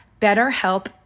BetterHelp